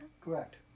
Correct